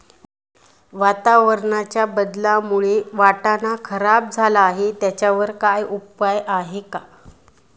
वातावरणाच्या बदलामुळे वाटाणा खराब झाला आहे त्याच्यावर काय उपाय आहे का?